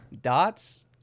Dots